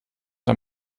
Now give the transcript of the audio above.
der